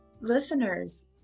listeners